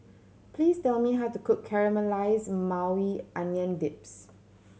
please tell me how to cook Caramelized Maui Onion Dips